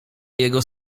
jego